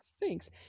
Thanks